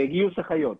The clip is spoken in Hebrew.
גיוס אחיות,